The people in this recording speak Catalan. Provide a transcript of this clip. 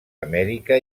amèrica